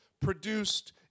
produced